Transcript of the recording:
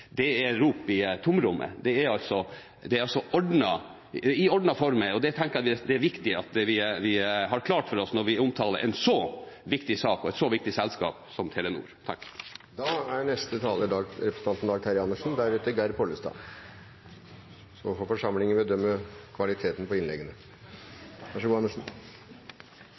er rop ut i tomrommet. Det skjer altså i ordnede former. Det tenker jeg det er viktig at vi har klart for oss når vi omtaler en så viktig sak og et så viktig selskap som Telenor er. Neste taler er Dag Terje Andersen. Nå får forsamlingen bedømme kvaliteten på innleggene.